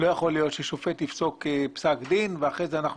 לא יכול להיות ששופט יפסוק פסק דין ואחרי כן אנחנו